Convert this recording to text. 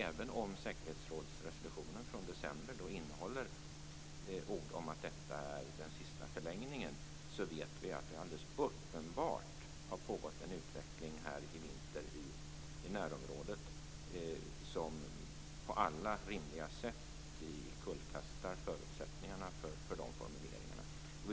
Även om säkerhetsrådsresolutionen från december innehåller ord om att detta är den sista förlängningen vet vi ju att det alldeles uppenbart under vintern har pågått en utveckling i närområdet som på alla rimliga sätt kullkastar förutsättningarna för de formuleringarna.